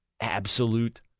absolute